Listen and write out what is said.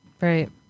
Right